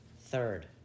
Third